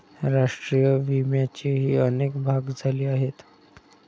राष्ट्रीय विम्याचेही अनेक भाग झाले आहेत